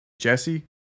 jesse